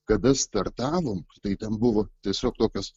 kada startavom tai ten buvo tiesiog tokios